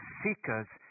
seekers